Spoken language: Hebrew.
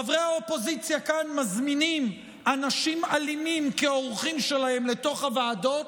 חברי האופוזיציה כאן מזמינים אנשים אלימים כאורחים שלהם לתוך הוועדות,